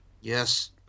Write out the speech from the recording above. Yes